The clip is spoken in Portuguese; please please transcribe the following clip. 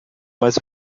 mais